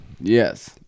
Yes